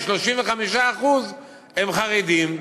35% הם חרדים,